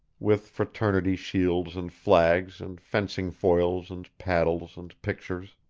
with fraternity shields and flags and fencing foils and paddles and pictures